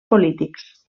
polítics